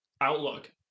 outlook